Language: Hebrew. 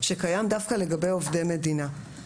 שקיים דווקא לגבי עובדי מדינה.